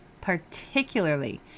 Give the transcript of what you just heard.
particularly